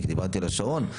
כי דיברתי על השרון.